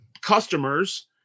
customers